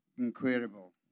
incredible